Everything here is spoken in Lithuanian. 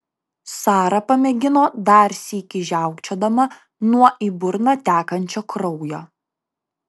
sara pamėgino dar sykį žiaukčiodama nuo į burną tekančio kraujo